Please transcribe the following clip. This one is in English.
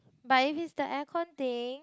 but if it's the air con thing